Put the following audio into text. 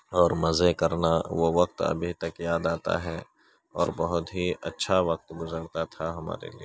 اور مزے کرنا وہ وقت ابھی تک یاد آتا ہے اور بہت ہی اچھا وقت گزرتا تھا ہمارے لیے